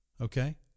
okay